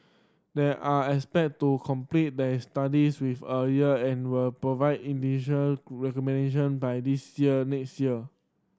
they are expected to complete their studies with a year and will provide initial recommendation by this year next year